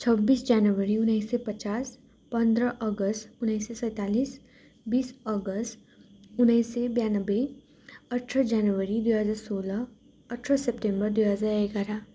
छब्बिस जनवरी उन्नाइस सय पचाँस पन्ध्र अगस्त उन्नाइस स सैतालिस बिस अगस्त उन्नाइस सय बयानब्बे अठार जनवरी दुई हजार सोह्र अठार सेप्टेम्बर दुई हजार एघार